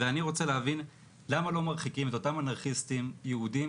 ואני רוצה להבין למה לא מרחיקים את אותם אנרכיסטים יהודים